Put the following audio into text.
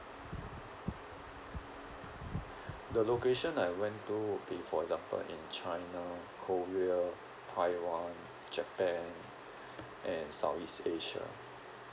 the location I went to okay for example in china korea taiwan japan and southeast asia